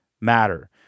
matter